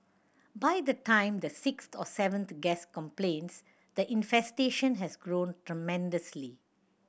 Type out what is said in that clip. by the time the sixth or seventh guest complains the infestation has grown tremendously